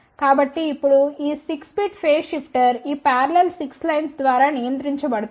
కాబట్టి ఇప్పుడు ఈ 6 బిట్ ఫేజ్ షిఫ్టర్ ఈ పారలెల్ 6 లైన్స్ ద్వారా నియంత్రించబడుతుంది